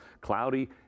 Cloudy